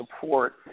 support